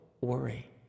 worry